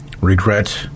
regret